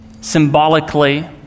symbolically